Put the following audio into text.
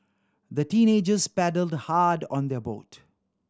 the teenagers paddled hard on their boat